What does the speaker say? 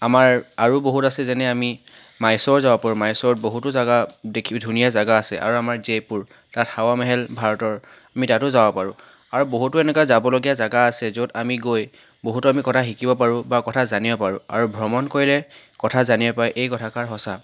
আমাৰ আৰু বহুত আছে যেনে আমি মাইচ'ৰ যাব পাৰোঁ মাইচ'ৰত বহুতো জাগা দেখি ধুনীয়া জাগা আছে আৰু আমাৰ জয়পুৰ তাত হাৱা মহল ভাৰতৰ আমি তাতো যাব পাৰোঁ আৰু বহুতো এনেকুৱা যাবলগীয়া জাগা আছে য'ত আমি গৈ বহুতো আমি কথা শিকিব পাৰোঁ বা কথা জানিব পাৰোঁ আৰু ভ্ৰমণ কৰিলে কথা জানিব পাৰি এই কথাষাৰ সঁচা